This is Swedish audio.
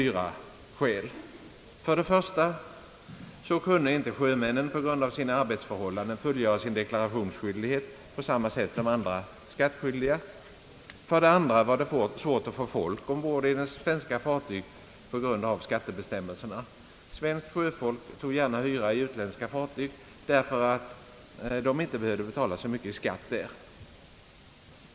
För det första kan sjömännen på grund av sina arbetsförhållanden inte fullgöra deklarationsskyldigheten på samma sätt som andra skattskyldiga. För det andra var det svårt att få folk ombord på svenska fartyg på grund av skattebestämmelserna. Svenskt sjöfolk tog gärna hyra på utländska fartyg, därför att de där inte behövde betala så mycket i skatt.